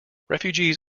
refugees